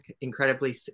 incredibly